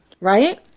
right